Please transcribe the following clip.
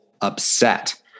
upset